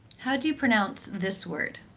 how do you pronounce this word?